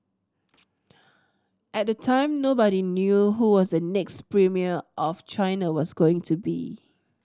at the time nobody knew who was the next premier of China was going to be